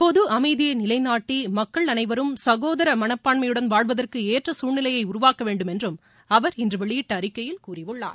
பொது அமைதியை நிலைநாட்டி மக்கள் அனைவரும் சகோதர மனப்பான்மையுடன் வாழ்வதற்கு ஏற்ற சூழ்நிலையை உருவாக்க வேண்டும் என்றும் அவர் இன்று வெளியிட்ட அறிக்கையில் கூறியுள்ளார்